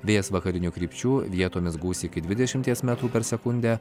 vėjas vakarinių krypčių vietomis gūsiai iki dvidešimties metrų per sekundę